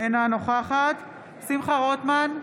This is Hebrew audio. אינה נוכחת שמחה רוטמן,